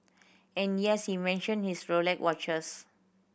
and yes he mention his Rolex watches